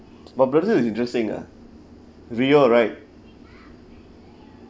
but brazil is interesting ah rio right